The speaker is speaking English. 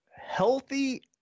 healthy